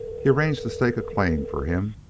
he arranged to stake a claim for him,